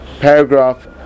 paragraph